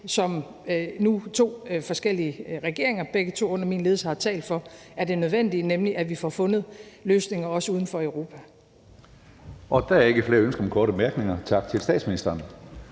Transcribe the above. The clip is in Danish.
som nu to forskellige regeringer, begge to under min ledelse, har talt for er nødvendigt, nemlig at vi også får fundet løsninger uden for Europa. Kl. 09:18 Tredje næstformand (Karsten Hønge): Tak til statsministeren.